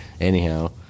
anyhow